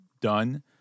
done